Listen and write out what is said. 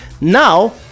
Now